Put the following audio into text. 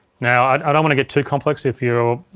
now, i don't want to get too complex if you're,